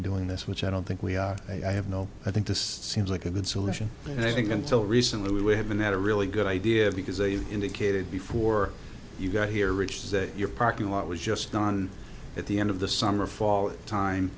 doing this which i don't think we are i have no i think this seems like a good solution and i think until recently we haven't had a really good idea because as you indicated before you got here rich that your parking lot was just gone at the end of the summer fall time